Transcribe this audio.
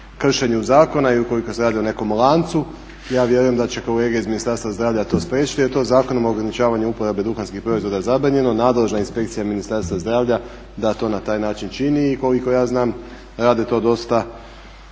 kršenju zakona i ukoliko se radi o nekom lancu. Ja vjerujem da će kolege iz Ministarstva zdravlja to spriječiti, jer je to Zakonom o ograničavanju uporabe duhanskih proizvoda zabranjeno. Nadležna Inspekcija Ministarstva zdravlja da to na na taj način čini i koliko ja znam rade to dosta